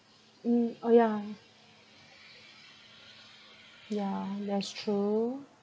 mm oh yeah yeah that's true